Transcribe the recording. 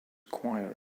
choir